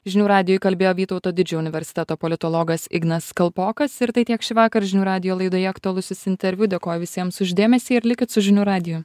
žinių radijui kalbėjo vytauto didžiojo universiteto politologas ignas kalpokas ir tai tiek šįvakar žinių radijo laidoje aktualusis interviu dėkoju visiems už dėmesį ir likit su žinių radiju